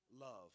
love